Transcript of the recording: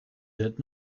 did